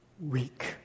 weak